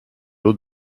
lots